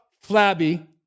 flabby